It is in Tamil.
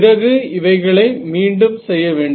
பிறகு இவைகளை மீண்டும் செய்ய வேண்டும்